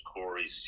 Corey